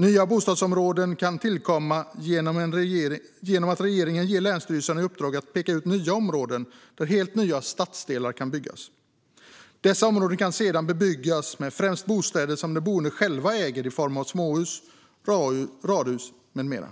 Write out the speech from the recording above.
Nya bostadsområden kan tillkomma genom att regeringen ger länsstyrelserna i uppdrag att peka ut nya områden där helt nya stadsdelar kan byggas. Dessa områden kan sedan bebyggas med främst bostäder som de boende själva äger i form av småhus, radhus med mera.